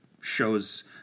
shows